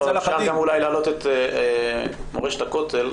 אפשר גם אולי להעלות את מורשת הכותל,